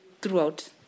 throughout